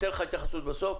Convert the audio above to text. אני אתן לך התייחסות בסוף.